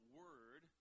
word